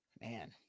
Man